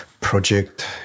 project